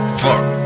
fuck